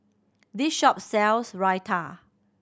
this shop sells Raita